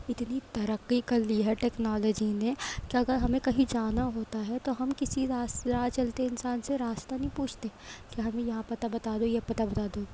اتنی ترقی کرلی ہے ٹیکنالوجی نے کہ اگر ہمیں کہیں جانا ہوتا ہے تو ہم کسی راہ چلتے انسان سے راستہ نہیں پوچھتے کہ ہمیں یہاں پتہ بتا دو یہ پتہ بتا دو